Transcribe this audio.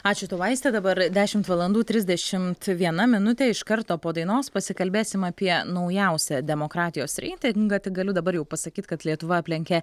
ačiū tau aiste dabar dešimt valandų trisdešimt viena minutė iš karto po dainos pasikalbėsim apie naujausią demokratijos reitingą tik galiu dabar jau pasakyt kad lietuva aplenkė